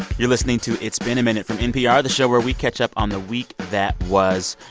you're listening to it's been a minute from npr, the show where we catch up on the week that was.